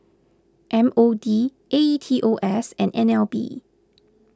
M O D A E T O S and N L B